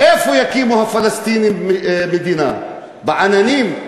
איפה יקימו הפלסטינים מדינה, בעננים?